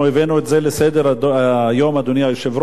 אנחנו העלינו את זה על סדר-היום, אדוני היושב-ראש,